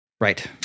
Right